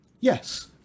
Yes